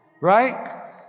Right